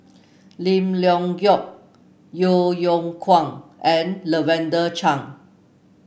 Lim Leong Geok Yeo Yeow Kwang and Lavender Chang